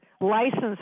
license